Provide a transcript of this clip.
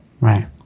Right